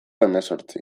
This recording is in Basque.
hemezortzi